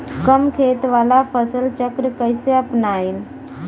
कम खेत वाला फसल चक्र कइसे अपनाइल?